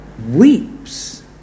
Weeps